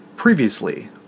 Previously